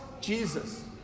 Jesus